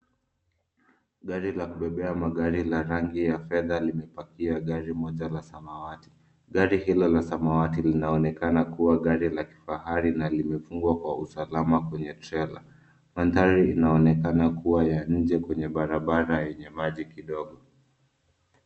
Gari la kubebea magari la rangi ya fedha limepakia gari moja la samawati. Gari hilo la samawati linaonekana kuwa gari la kifahari na limefungwa kwa usalama kwenye trela. Mandhari inaonekana kuwa ya nje kwenye barabara yenye maji kidogo.